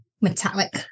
Metallic